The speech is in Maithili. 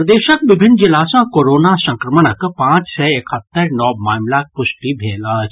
प्रदेशक विभिन्न जिला सँ कोरोना संक्रमणक पाच सय एकहत्तरि नव मामिलाक पुष्टि भेल अछि